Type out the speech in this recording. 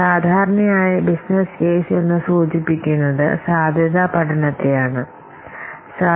സാധാരണയായി business case എന്നു സൂചിപ്പിക്കുന്നത് സാധ്യത പഠനത്തെ ആണ്